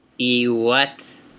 E-what